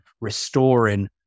restoring